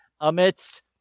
amidst